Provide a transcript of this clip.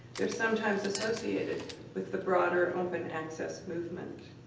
they're sometimes associated with the broader open-access movement.